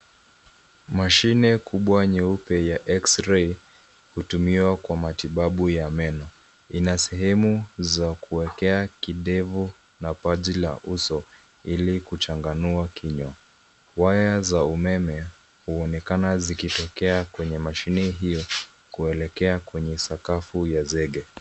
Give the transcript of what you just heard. Mashine kubwa nyeupe ya x-ray, hutumiwa kwa matibabu ya meno. Ina sehemu za kuekea kidevu na paji la uso ili kuchanganua kinywa. Waya za umeme huonekana zikitokea kwenye mashini hiyo , kuelekea kwenye sakafu ya zege.